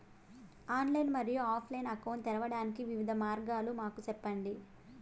Online మరియు offline account తెరవడానికి వివిధ మార్గాలు మాకు సెప్పండి?